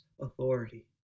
authority